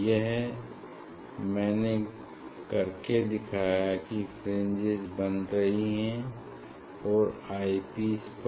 यह मैंने करके दिखाया की फ्रिंजेस बन रही हैं आई पीस पर